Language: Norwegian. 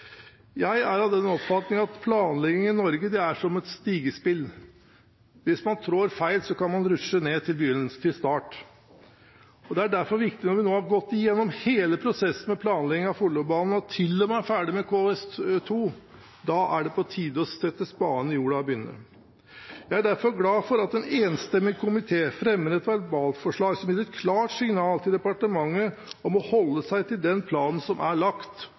Jeg er av den oppfatning av planlegging i Norge er som et stigespill. Hvis man trår feil, kan man rutsje ned til start. Når vi nå har gått igjennom hele prosessen med planlegging av Follobanen og til og med er ferdig med KS 2, er det derfor på tide å sette spaden i jorden og begynne. Jeg er derfor glad for at en enstemmig komité fremmer et verbalforslag som gir et klart signal til departementet om å holde seg til den planen som er lagt,